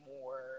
more